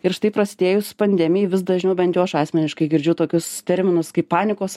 ir štai prasidėjus pandemijai vis dažniau bent jau aš asmeniškai girdžiu tokius terminus kaip panikos